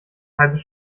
halbes